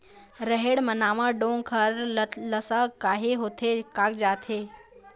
रहेड़ म नावा डोंक हर लसलसा काहे होथे कागजात हे?